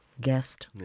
guest